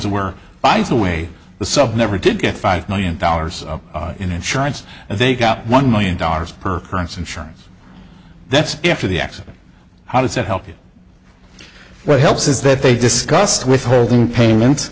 aware by the way the sub never did get five million dollars in insurance and they got one million dollars per current's insurance that's after the accident how does that help you what helps is that they discussed withholding payments